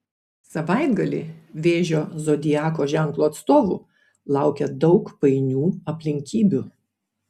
savaitgalį vėžio zodiako ženklo atstovų laukia daug painių aplinkybių